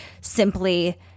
Simply